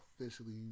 Officially